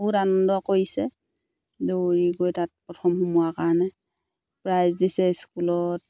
বহুত আনন্দ কৰিছে দৌৰি গৈ তাত প্ৰথম সোমোৱাৰ কাৰণে প্ৰাইজ দিছে স্কুলত